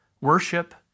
worship